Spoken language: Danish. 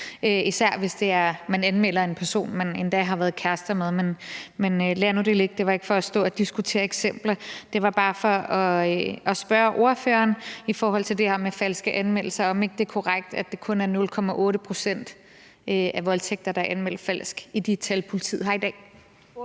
især hvis man anmelder en person, man endda har været kæreste med, men lad nu det ligge. Det var ikke for at stå og diskutere eksempler. Det var bare for at spørge ordføreren i forhold til det her med falske anmeldelser, om det ikke er korrekt, at det kun er 0,8 pct. af voldtægter, der er anmeldt falsk, i de tal, politiet har i dag.